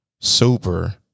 super